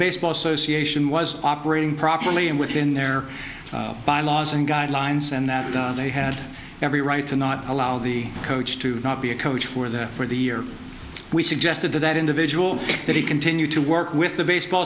baseball association was operating properly and within their bylaws and guidelines and that they had every right to not allow the coach to not be a coach for the for the year we suggested to that individual that he continue to work with the baseball